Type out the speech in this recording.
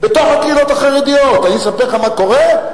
בתוך הקהילות החרדיות, אני אספר לך מה קורה?